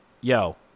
yo